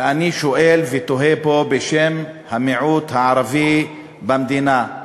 ואני שואל ותוהה פה בשם המיעוט הערבי במדינה: